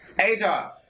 Ada